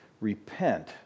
Repent